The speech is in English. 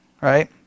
right